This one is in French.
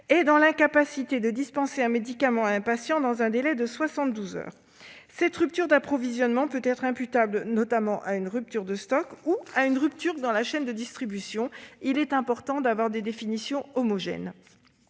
est dans l'incapacité de dispenser un médicament à un patient dans un délai de 72 heures ». Cette rupture d'approvisionnement peut être imputable, notamment, à une rupture de stock ou à une rupture dans la chaîne de distribution. Il est important d'avoir des définitions homogènes.